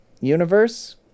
universe